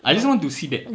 I just want to see that